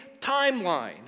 timeline